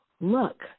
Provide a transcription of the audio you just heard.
look